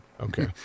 Okay